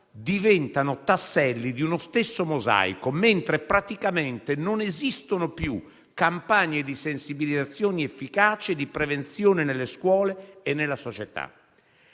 diventano tasselli di uno stesso mosaico, mentre praticamente non esistono più campagne di sensibilizzazione efficace e di prevenzione nelle scuole e nella società.